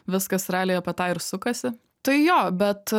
viskas realiai apie tą ir sukasi tai jo bet